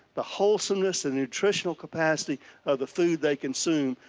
the wholesomeness and nutritional capacity of the food they consume.